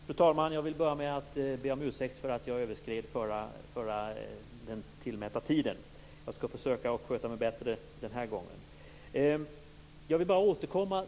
Fru talman! Jag vill till att börja med be om ursäkt för att jag överskred den tillmätta repliktiden. Jag skall försöka att sköta mig bättre den här gången. Eva Eriksson!